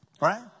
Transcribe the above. right